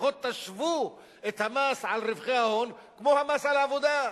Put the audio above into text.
לפחות תשוו את המס על רווחי ההון כמו המס על העבודה.